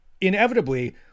inevitably